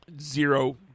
Zero